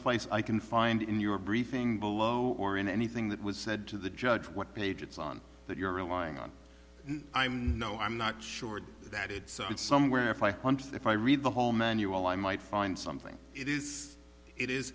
someplace i can find in your briefing below or in anything that was said to the judge what page it's on that you're relying on i'm no i'm not sure that it saw it somewhere five hundred if i read the whole manual i might find something it is it is